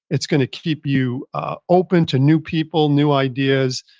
it's going to keep you open to new people, new ideas,